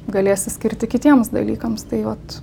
galėsi skirti kitiems dalykams tai vat